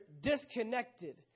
disconnected